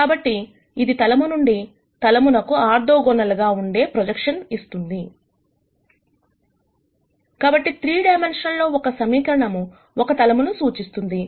కాబట్టి ఇది తలము నుండి తలమునకు ఆర్థోగోనల్ గా ఉండే ప్రొజెక్షన్ ను ఇస్తుంది కాబట్టి 3 డైమెన్షన్స్ లో ఒక సమీకరణము ఒక తలమును సూచిస్తుంది